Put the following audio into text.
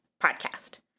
podcast